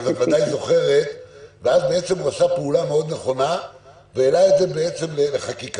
הוא עשה פעולה מאוד נכונה והעלה את זה לחקיקה.